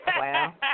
Wow